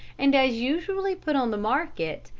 and as usually put on the market,